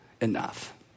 enough